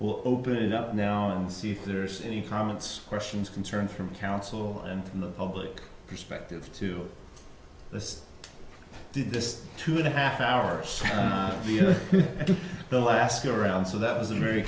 we'll open it up now and see if there's any comments questions concern from council and from the public perspective to this did just two and a half hours the the last go around so that wasn't very